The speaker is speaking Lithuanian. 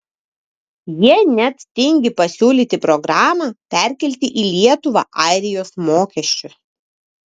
jie net tingi pasiūlyti programą perkelti į lietuvą airijos mokesčius